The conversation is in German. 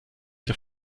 der